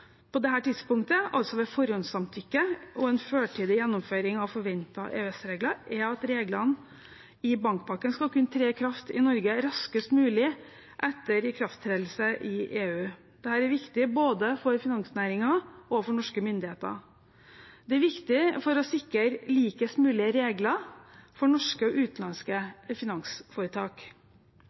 på dette tidspunktet, altså ved forhåndssamtykke og en førtidig gjennomføring av forventede EØS-regler, er at reglene i bankpakken skal kunne tre i kraft i Norge raskest mulig etter ikrafttredelse i EU. Dette er viktig både for finansnæringen og for norske myndigheter. Det er viktig for å sikre likest mulig regler for norske og utenlandske finansforetak.